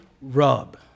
rub